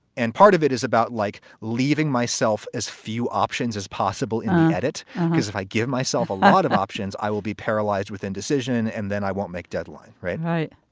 and part of it is about like leaving myself as few options as possible. edit because if i give myself a lot of options, i will be paralyzed with indecision and then i won't make deadline. right. right.